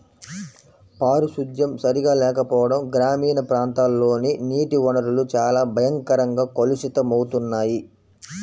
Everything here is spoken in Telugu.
పారిశుద్ధ్యం సరిగా లేకపోవడం గ్రామీణ ప్రాంతాల్లోని నీటి వనరులు చాలా భయంకరంగా కలుషితమవుతున్నాయి